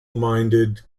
minded